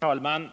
Herr talman!